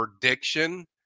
prediction